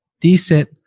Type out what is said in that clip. decent